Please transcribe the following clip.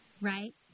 right